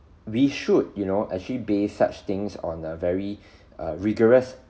we should you know actually based such things on a very err rigorous